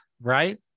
right